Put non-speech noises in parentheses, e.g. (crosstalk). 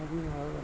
(unintelligible)